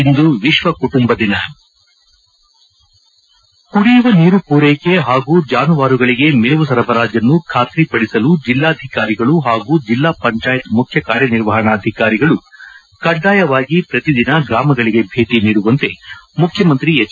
ಇಂದು ವಿಶ್ವ ಕುಟುಂಬ ದಿನ ಕುಡಿಯುವ ನೀರು ಪೂರೈಕೆ ಹಾಗೂ ಜಾನುವಾರುಗಳಿಗೆ ಮೇವು ಸರಬರಾಜನ್ನು ಖಾತ್ರಿಪಡಿಸಲು ಜೆಲ್ಲಾಧಿಕಾರಿಗಳು ಹಾಗೂ ಜೆಲ್ಲಾ ಪಂಚಾಯತ್ ಮುಖ್ಯ ಕಾರ್ಯನಿರ್ವಹಣಾಧಿಕಾರಿಗಳು ಕಡ್ಲಾಯವಾಗಿ ಪ್ರತಿ ದಿನ ಗ್ರಾಮಗಳಿಗೆ ಭೇಟಿ ನೀಡುವಂತೆ ಮುಖ್ಯಮಂತ್ರಿ ಎಚ್